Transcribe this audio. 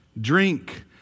drink